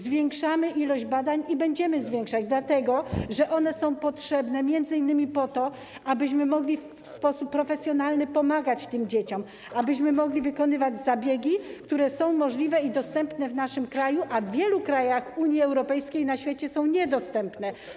Zwiększamy ilość badań i będziemy zwiększać, dlatego że one są potrzebne m.in. po to, abyśmy mogli w sposób profesjonalny pomagać tym dzieciom, abyśmy mogli wykonywać zabiegi, które są możliwe i dostępne w naszym kraju, a w wielu krajach Unii Europejskiej i na świecie są niedostępne.